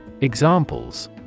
Examples